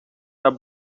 are